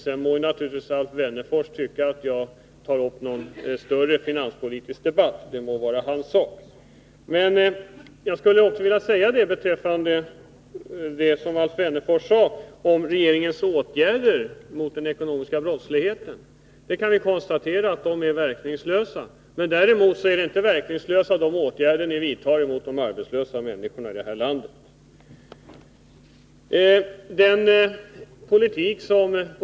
Sedan må naturligtvis Alf Wennerfors tycka att jag tar upp en större finanspolitisk debatt — det må vara hans sak. Beträffande det som Alf Wennerfors sade om regeringens åtgärder mot den ekonomiska brottsligheten skulle jag vilja säga att vi kan konstatera att dessa är verkningslösa. Däremot är de åtgärder som ni vidtar mot de arbetslösa människorna i det här landet inte verkningslösa.